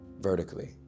vertically